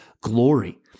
glory